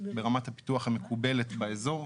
ברמת הפיתוח המקובלת באזור.